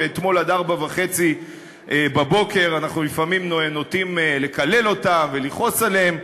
ואתמול עד 04:30. אנחנו לפעמים נוטים לקלל אותם ולכעוס עליהם,